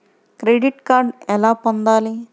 Credit card ఎలా పొందాలి?